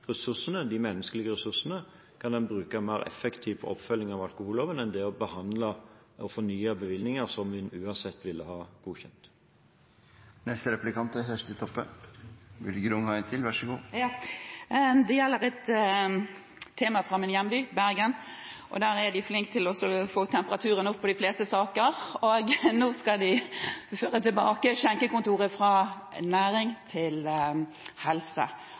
menneskelige ressursene kan en bruke mer effektivt på oppfølging av alkoholloven enn på å behandle og fornye bevillinger som en uansett ville ha godkjent. Dette gjelder et tema fra min hjemby, Bergen. Der er de flinke til å få opp temperaturen i de fleste saker. Nå skal de føre tilbake skjenkekontoret fra næringsetaten til helseetaten. Har ministeren noe synspunkt på hvor skjenkekontoret bør høre hjemme? Vi har det jo under helse-